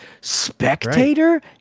Spectator